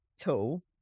tool